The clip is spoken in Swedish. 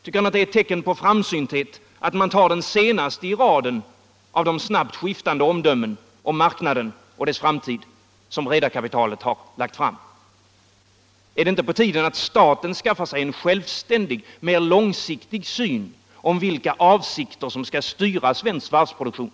Tycker han att det är tecken på framsynthet att man tar fasta på det senaste i raden av de snabbt skiftande omdömen om marknaden och dess framtid som redarkapitalet har lagt fram? Är det inte på tiden att staten skaffar sig en självständig, mer långsiktig syn på vilka avsikter som skall styra svensk varvsproduktion?